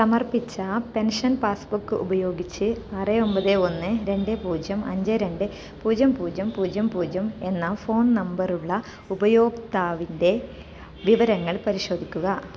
സമർപ്പിച്ച pension passbook ഉപയോഗിച്ച് ആറ് ഒമ്പത് ഒന്ന് രണ്ട് പൂജ്യം അഞ്ച് രണ്ട് പൂജ്യം പൂജ്യം പൂജ്യം പൂജ്യം എന്ന ഫോൺ നമ്പറുള്ള ഉപഭോക്താവിൻ്റെ വിവരങ്ങൾ പരിശോധിക്കുക